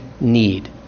need